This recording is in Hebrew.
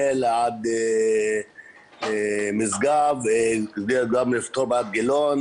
מכרמיאל עד משגב גם לפתור את בעיית גילון,